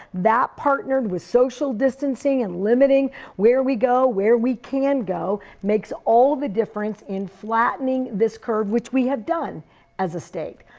that, partnered with social distancing and limiting where we go, where we can go, makes all the difference in flattening this curve, which we have done as a state.